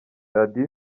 radio